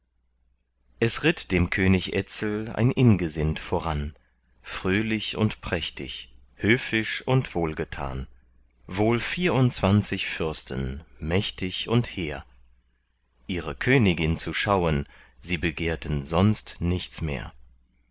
es ritt dem könig etzel ein ingesind voran fröhlich und prächtig höfisch und wohlgetan wohl vierundzwanzig fürsten mächtig und hehr ihre königin zu schauen sie begehrten sonst nichts mehr